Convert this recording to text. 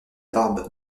barbe